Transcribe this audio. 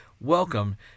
Welcome